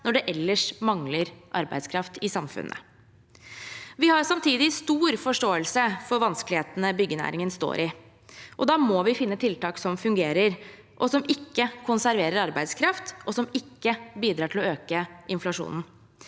når det ellers mangler arbeidskraft i samfunnet. Vi har samtidig stor forståelse for vanskelighetene byggenæringen står i, og da må vi finne tiltak som fungerer, som ikke konserverer arbeidskraft, og som ikke bidrar til å øke inflasjonen.